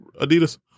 Adidas